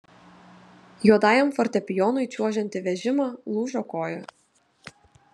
juodajam fortepijonui čiuožiant į vežimą lūžo koja